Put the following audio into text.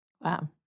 Wow